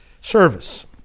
Service